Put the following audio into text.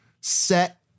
set